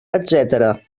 etc